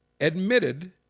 admitted